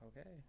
Okay